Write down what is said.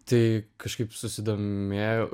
tai kažkaip susidomėjau